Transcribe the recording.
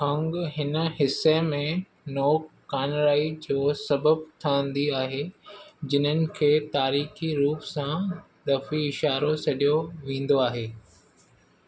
खंघु हिन हिसे में नोक कान्हराई जो सबबि ठहंदी आहे जिन्हनि खे तारीख़ी रुप सां डफी इशारो सडि॒यो वेंदो आहे